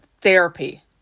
Therapy